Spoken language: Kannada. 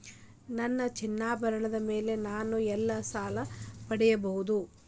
ನನ್ನ ಚಿನ್ನಾಭರಣಗಳ ಮೇಲೆ ನಾನು ಎಲ್ಲಿ ಸಾಲ ಪಡೆಯಬಹುದು?